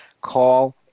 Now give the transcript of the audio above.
call